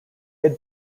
had